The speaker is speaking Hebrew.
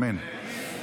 אמן.